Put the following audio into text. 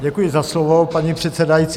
Děkuji za slovo, paní předsedající.